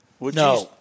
No